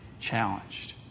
challenged